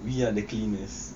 we are the cleaners